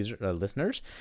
listeners